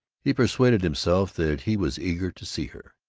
he persuaded himself that he was eager to see her.